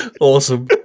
Awesome